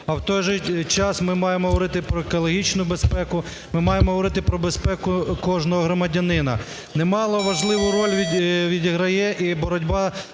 а в той же час ми маємо говорити про екологічну безпеку, ми маємо говорити про безпеку кожного громадянина. Немало важливу роль відіграє і боротьба